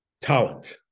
talent